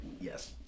yes